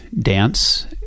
dance